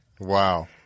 Wow